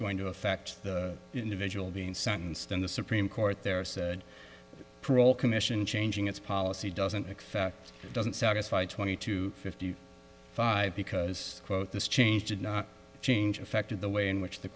going to affect the individual being sentenced in the supreme court there is a parole commission changing its policy doesn't it doesn't satisfy twenty to fifty five because quote this change did not change affected the way in which the